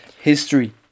history